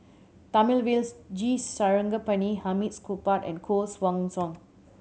Thamizhavel G Sarangapani Hamid Supaat and Koh Guan Song